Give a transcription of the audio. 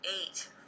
eight